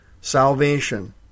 salvation